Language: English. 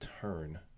turn